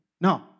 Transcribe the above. No